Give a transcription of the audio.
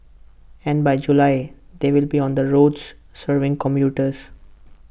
and by July they will be on the roads serving commuters